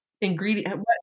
ingredient